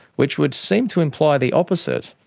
which would seem to imply the opposite.